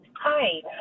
Hi